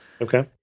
Okay